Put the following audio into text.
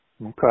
Okay